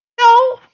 No